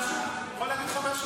עכשיו --- אני יכול להגיד לך משהו?